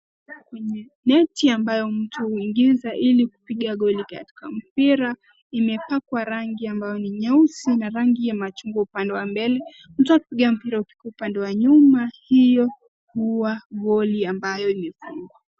Kwenye neti ambayo mtu huingiza ilikupiga goli katika mpira, imepakwa rangi ambayo ni nyeusi na rangi ya machungwa upande wa mbele. Mtu akipiga mpira katika upande wa nyuma, hio huwa goli ambayo imefungwa.